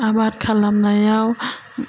आबाद खालामनायाव